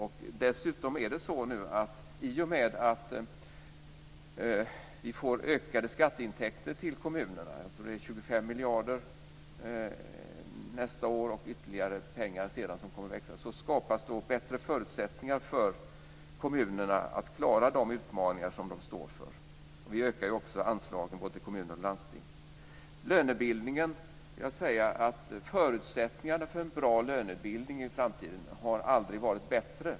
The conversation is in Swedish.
I och med att kommunerna får ökade skatteintäkter - jag tror att det är 25 miljarder nästa år och ytterligare pengar sedan - skapas det dessutom bättre förutsättningar för kommunerna att klara de utmaningar som de står inför. Vi ökar också anslagen till både kommuner och landsting. Om lönebildningen kan jag säga att förutsättningarna för en bra lönebildning i framtiden aldrig har varit bättre.